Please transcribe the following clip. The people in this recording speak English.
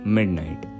Midnight